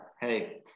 hey